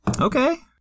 okay